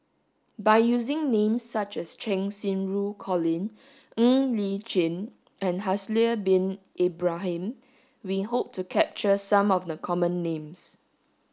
by using names such as Cheng Xinru Colin Ng Li Chin and Haslir bin Ibrahim we hope to capture some of the common names